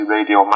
Radio